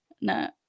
No